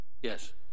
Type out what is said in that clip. Yes